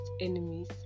enemies